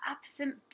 Absent